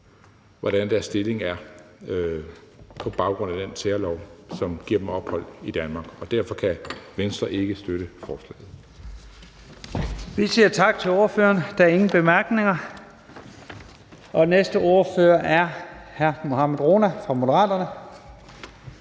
hvordan deres stilling er, på baggrund af den særlov, som giver dem ophold i Danmark, på et passende tidspunkt